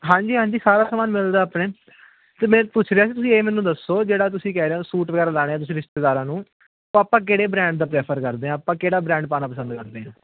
ਹਾਂਜੀ ਹਾਂਜੀ ਸਾਰਾ ਸਮਾਨ ਮਿਲਦਾ ਆਪਣੇ ਅਤੇ ਮੈਂ ਪੁੱਛ ਰਿਹਾ ਸੀ ਤੁਸੀਂ ਇਹ ਮੈਨੂੰ ਦੱਸੋ ਜਿਹੜਾ ਤੁਸੀਂ ਕਹਿ ਰਹੇ ਹੋ ਸੂਟ ਵਗੈਰਾ ਲਾਉਣੇ ਹੈ ਤੁਸੀਂ ਰਿਸ਼ਤੇਦਾਰਾਂ ਨੂੰ ਉਹ ਆਪਾਂ ਕਿਹੜੇ ਬਰੈਂਡ ਦਾ ਪ੍ਰੈਫਰ ਕਰਦੇ ਹਾਂ ਆਪਾਂ ਕਿਹੜਾ ਬਰੈਂਡ ਪਾਉਣਾ ਪਸੰਦ ਕਰਦੇ ਹਾਂ